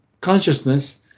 consciousness